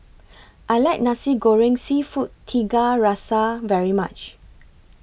I like Nasi Goreng Seafood Tiga Rasa very much